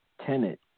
tenant